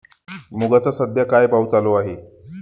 मुगाचा सध्या काय भाव चालू आहे?